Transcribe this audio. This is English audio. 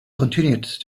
continued